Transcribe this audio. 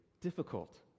difficult